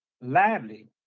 lively